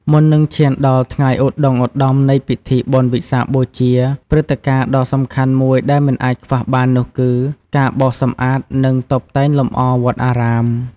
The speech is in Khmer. មុននឹងឈានដល់ថ្ងៃដ៏ឧត្តុង្គឧត្តមនៃពិធីបុណ្យវិសាខបូជា ព្រឹត្តិការណ៍ដ៏សំខាន់មួយដែលមិនអាចខ្វះបាននោះគឺ ការបោសសម្អាត និងតុបតែងលម្អវត្តអារាម។